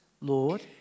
Lord